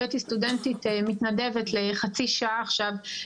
הבאתי סטודנטית מתנדבת לחצי שעה עכשיו,